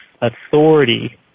authority